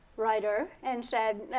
writer and said,